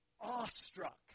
awestruck